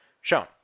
shown